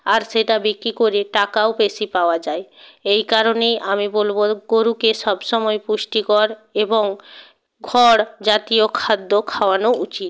আর সেটা বিক্রি করে টাকাও বেশি পাওয়া যায় এই কারণেই আমি বলব গরুকে সব সময় পুষ্টিকর এবং খড় জাতীয় খাদ্য খাওয়ানো উচিত